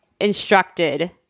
instructed